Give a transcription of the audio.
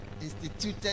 instituted